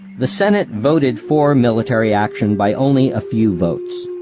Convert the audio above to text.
the senate voted for military action by only a few votes.